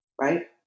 right